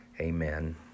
Amen